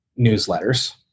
newsletters